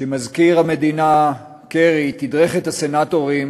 שמזכיר המדינה קרי תדרך את הסנטורים